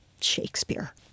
Shakespeare